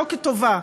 לא כטובה,